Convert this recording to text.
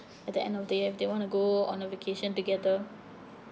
at the end of the year if they want to go on a vacation together